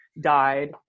died